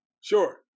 Sure